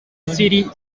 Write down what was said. city